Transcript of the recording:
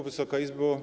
Wysoka Izbo!